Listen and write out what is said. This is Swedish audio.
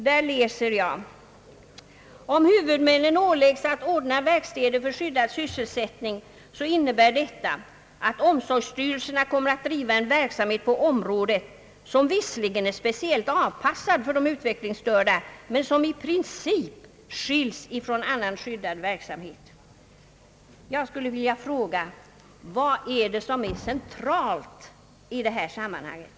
Där läser jag: »Om huvudmännen åläggs att ordna verkstäder för skyddad sysselsättning, innebär detta att omsorgsstyrelserna kommer att driva en verksamhet på området som visserligen är speciellt avpassad för de utvecklingsstörda men som i princip skils från annan skyddad verksamhet.» Jag skulle vilja fråga: Vad är det som är centralt i det här sammanhanget?